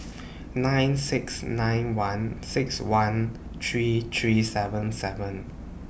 nine six nine one six one three three seven seven